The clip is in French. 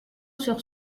sur